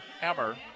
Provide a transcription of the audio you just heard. Hammer